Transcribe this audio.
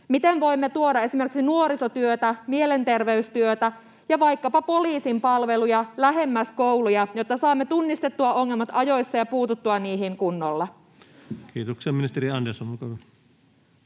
Miten voimme tuoda esimerkiksi nuorisotyötä, mielenterveystyötä ja vaikkapa poliisin palveluja lähemmäs kouluja, jotta saamme tunnistettua ongelmat ajoissa ja puututtua niihin kunnolla? Kiitoksia. — Ministeri Andersson, olkaa hyvä.